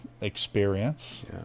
experience